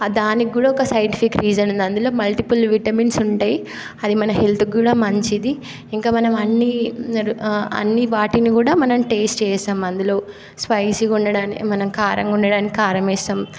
దానికి కూడా ఒక సైంటిఫిక్ రీజన్ ఉంది అందులో మల్టిపుల్ విటమిన్స్ ఉంటాయి అది మన హెల్త్కి కూడా మంచిది ఇంకా మనం అన్నీ అన్నీ వాటిని కూడా మనం టేస్ట్ చేసాము అందులో స్పైసీగా ఉండటానికి మనం కారంగా ఉండటానికి కారం వేస్తాము